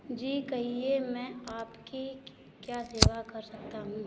जी कहिए मैं आपकी क्या सेवा कर सकता हूँ